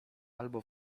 albo